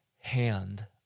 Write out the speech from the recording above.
hand